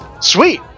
Sweet